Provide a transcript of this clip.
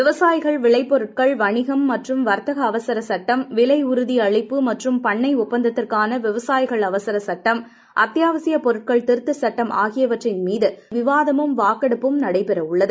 விவசாயிகள் விளைபொருட்கள் வணிகம் மற்றும் வர்த்தக அவசரச் சட்டம் விலை உறுதி அளிப்பு மற்றும் பண்ணை ஒப்பந்தத்திற்கான விவசாயிகள் அவசரச் சுட்டம் அத்தியாவசியப் பொருட்கள் திருத்தச் சட்டம் ஆகியவற்றின்மீது விவாதமும் வாக்கெடுப்பும் நடைபெறவுள்ளது